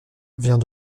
vient